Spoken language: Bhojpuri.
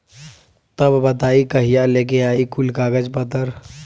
तब बताई कहिया लेके आई कुल कागज पतर?